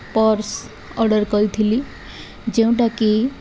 purse order କରିଥିଲି ଯେଉଁଟାକି